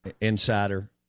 insider